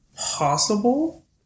possible